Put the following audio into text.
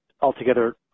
altogether